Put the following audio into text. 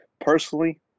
personally